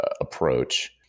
approach